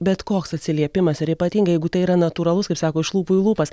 bet koks atsiliepimas ir ypatingai jeigu tai yra natūralus kaip sako iš lūpų į lūpas